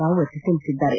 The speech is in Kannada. ರಾವತ್ ತಿಳಿಸಿದ್ದಾರೆ